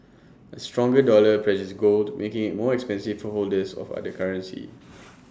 A stronger dollar pressures gold making IT more expensive for holders of other currencies